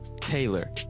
Taylor